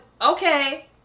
okay